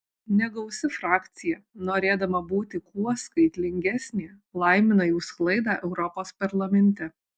negausi frakcija norėdama būti kuo skaitlingesnė laimina jų sklaidą europos parlamente